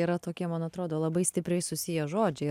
yra tokie man atrodo labai stipriai susiję žodžiai